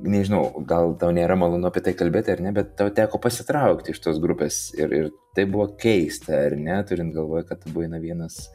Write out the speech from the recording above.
nežinau gal tau nėra malonu apie tai kalbėti ar ne bet tau teko pasitraukti iš tos grupės ir ir tai buvo keista ar net turint galvoje kad tu buvai na vienas